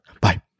Bye